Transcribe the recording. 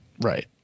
Right